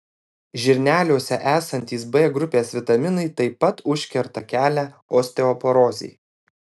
žirneliuose esantys b grupės vitaminai taip pat užkerta kelią osteoporozei